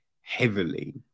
heavily